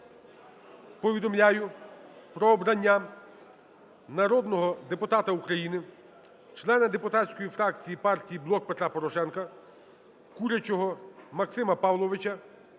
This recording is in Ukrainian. "Повідомляю про обрання народного депутата України, члена депутатської фракції партії "Блок Петра Порошенка", Курячого Максима Павловича